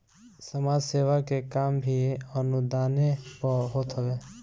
समाज सेवा के काम भी अनुदाने पअ होत हवे